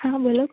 હા બોલો